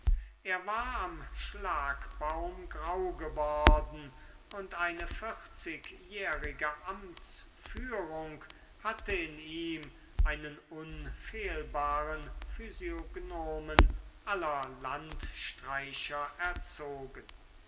er war am schlagbaum grau geworden und eine vierzigjährige amtsführung hatte in ihm einen unfehlbaren physiognomen aller landstreicher erzogen